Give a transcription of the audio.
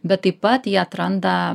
bet taip pat jie atranda